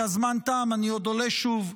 כי הזמן תם; אני עוד עולה שוב.